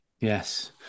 yes